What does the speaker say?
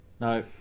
No